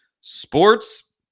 Sports